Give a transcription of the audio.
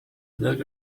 look